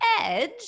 edge